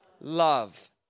love